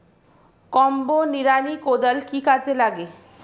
Combo নিড়ানি কোদাল কি কাজে লাগে?